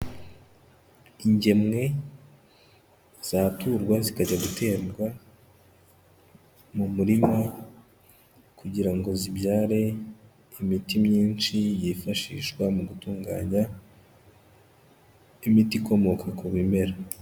Ingemwe zaturwa zikajya guterwa mu murima kugira ngo zibyare imiti myinshi yifashishwa mu gutunganya imiti ikomoka ku bimera.